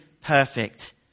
perfect